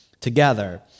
together